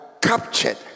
captured